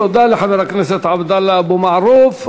תודה לחבר הכנסת עבדאללה אבו מערוף.